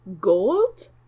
gold